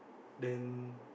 then